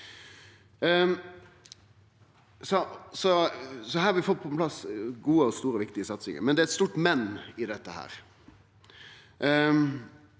Vi har fått på plass gode og store, viktige satsingar, men det er eit stort «men» i dette.